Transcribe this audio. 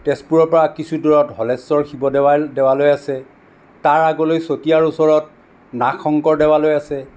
তেজপুৰৰ পৰা কিছু দূৰত হলেশ্বৰ শিৱ দেৱাল দেৱালয় আছে তাৰ আগলৈ চতিয়াৰ ওচৰত নাগশংকৰ দেৱালয় আছে